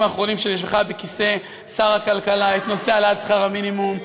האחרונים של ישיבתך על כיסא שר הכלכלה את נושא העלאת שכר המינימום.